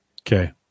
okay